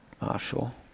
marshall